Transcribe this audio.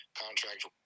contract